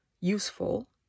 useful